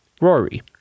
Rory